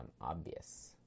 obvious